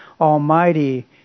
Almighty